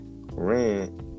Rent